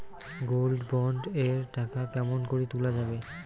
Gold bond এর টাকা কেমন করি তুলা যাবে?